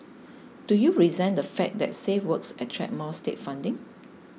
do you resent the fact that safe works attract more state funding